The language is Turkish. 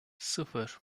sıfır